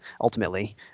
ultimately